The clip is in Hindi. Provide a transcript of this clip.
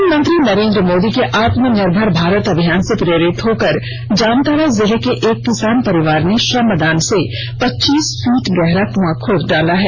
प्रधानमंत्री नरेंद्र मोदी के आत्मनिर्भर भारत अभियान से प्रेरित होकर जामताड़ा जिले के एक किसान परिवार ने श्रमदान से पच्चीस फीट गहरा कुआं खोद डाला है